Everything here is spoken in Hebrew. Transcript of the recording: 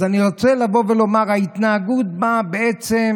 אז אני רוצה לבוא ולומר: ההתנהגות באה בעצם